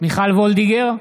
מיכל וולדיגר,